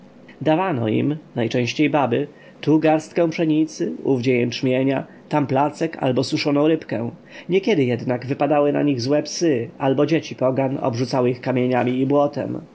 dawano im najczęściej baby tu garstkę pszenicy owdzie jęczmienia tam placek albo suszoną rybkę niekiedy jednak wypadały na nich złe psy albo dzieci pogan obrzucały ich kamieniami i błotem